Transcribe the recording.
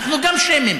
אנחנו גם שמים.